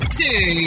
two